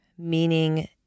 meaning